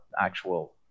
actual